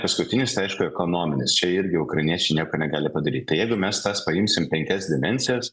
paskutinis tai aišku ekonominis čia irgi ukrainiečiai nieko negali padaryt tai jeigu mes tas paimsim penkias dimensijas